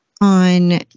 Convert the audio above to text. on